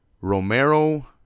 Romero